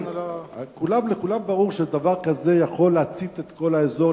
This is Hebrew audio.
לכולם ברור שדבר כזה יכול להצית את כל האזור,